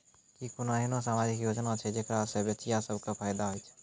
कि कोनो एहनो समाजिक योजना छै जेकरा से बचिया सभ के फायदा होय छै?